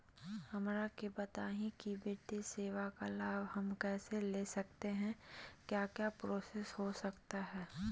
हमरा के बताइए की वित्तीय सेवा का लाभ हम कैसे ले सकते हैं क्या क्या प्रोसेस हो सकता है?